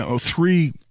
three